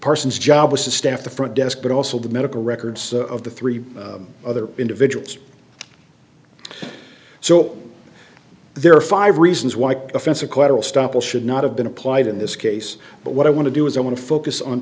person's job was to staff the front desk but also the medical records of the three other individuals so there are five reasons why the fence acquittal stoppel should not have been applied in this case but what i want to do is i want to focus on